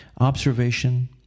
observation